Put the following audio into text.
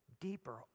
deeper